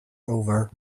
over